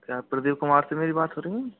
क्या प्रदीप कुमार से मेरी बात हो रही है